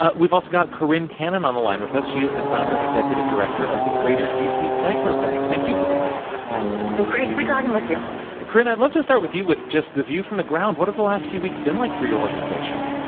ah we've also got corinne cannon on the line with us. she is the founder and executive director of the greater d c. diaper bank. thank you for being here and great to be talking with you corinne, i'd love to start with you with just the view from the ground. what have the last few weeks been like for your organization?